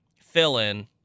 fill-in